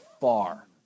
far